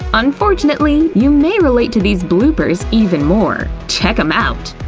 unfortunately, you may relate to these bloopers even more! check em out!